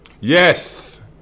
Yes